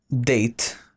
Date